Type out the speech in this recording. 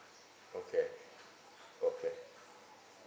okay okay